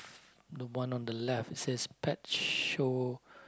the one on the left it says pet show